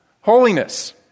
holiness